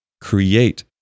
create